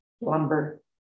lumber